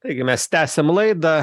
taigi mes tęsiam laidą